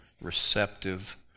receptive